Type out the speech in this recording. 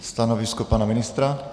Stanovisko pana ministra?